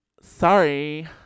Sorry